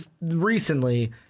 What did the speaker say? recently